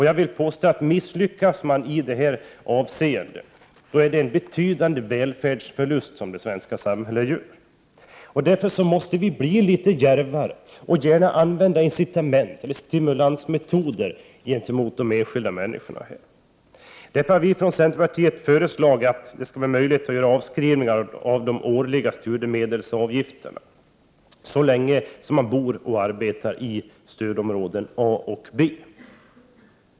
Jag vill påstå att misslyckas man i det här avseendet gör det svenska samhället en betydande välfärdsförlust. Därför måste vi bli djärvare och ge incitament till de enskilda människorna. Vi från centern har föreslagit att det skall vara möjligt att göra avskrivningar av de årliga studiemedelsavgifterna så länge man bor och arbetar i stödområde A eller B.